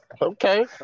Okay